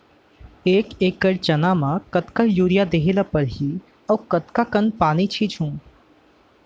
एक एकड़ चना म कतका यूरिया देहे ल परहि अऊ कतका कन पानी छींचहुं?